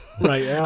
Right